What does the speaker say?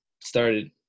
started –